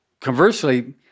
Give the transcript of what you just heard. conversely